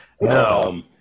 no